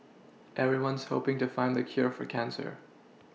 everyone's hoPing to find the cure for cancer